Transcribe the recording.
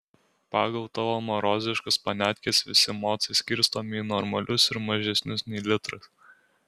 pagal tavo maroziškas paniatkes visi mocai skirstomi į normalius ir mažesnius nei litras